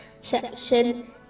section